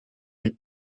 and